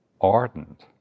ardent